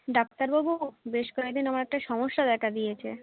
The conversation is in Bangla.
ডাক্তারবাবু বেশ কয়েক দিন আমার একটা সমস্যা দেখা দিয়েছে